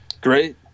Great